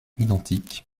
identiques